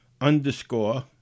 underscore